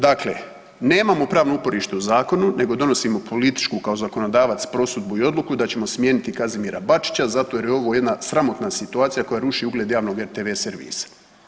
Dakle, nemamo pravno uporište u zakonu nego donosimo političku kao zakonodavac prosudbu i odluku da ćemo smijeniti Kazimira Bačića zato jer je ovo jedna sramotna situacija koja ruši ugled javnog RTV servisa.